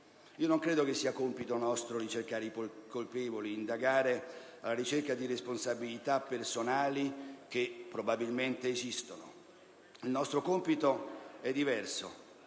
Non credo sia compito nostro ricercare i colpevoli, indagare alla ricerca di responsabilità personali, che probabilmente esistono: il nostro compito è diverso,